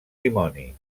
dimoni